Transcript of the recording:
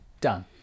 Done